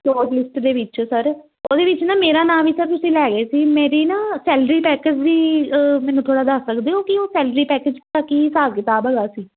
ਛੋਟ ਲਿਸਟ ਦੇ ਵਿੱਚੋਂ ਸਰ ਉਹਦੇ ਵਿੱਚ ਨਾ ਮੇਰਾ ਨਾਮ ਵੀ ਸਰ ਤੁਸੀਂ ਲੈ ਗਏ ਸੀ ਮੇਰੀ ਨਾ ਸੈਲਰੀ ਪੈਕਜ ਵੀ ਮੈਨੂੰ ਥੋੜ੍ਹਾ ਦੱਸ ਸਕਦੇ ਹੋ ਕਿ ਉਹ ਸੈਲਰੀ ਪੈਕਜ ਦਾ ਕੀ ਹਿਸਾਬ ਕਿਤਾਬ ਹੈਗਾ ਸੀ